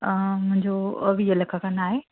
मुंहिंजो वीह लख खन आहे